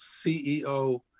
CEO